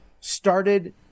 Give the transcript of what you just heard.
started